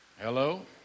Hello